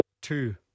Two